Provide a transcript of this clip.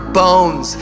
bones